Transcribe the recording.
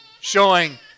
showing